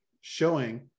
showing